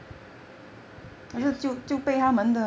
yes